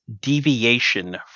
deviation